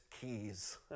keys